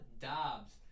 Dobbs